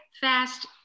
fast